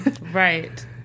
Right